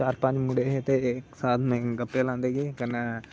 चार पंज मुडे़ हे ते साथ में गप्पे लांदे गे कन्नै